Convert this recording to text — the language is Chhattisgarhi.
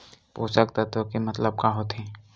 पोषक तत्व के मतलब का होथे?